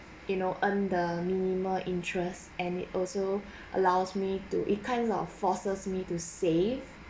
you know earn the minimal interest and it also allows me to it kinds of forces me to save